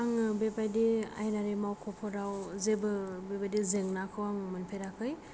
आङो बेबायदि आयेनारि मावख'फोराव जेबो बेबायदि जेंनाखौ आङो मोनफेराखै